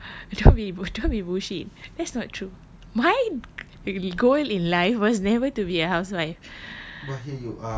no don't be don't be bullshit that's not true my goal in life was never to be a housewife